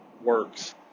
works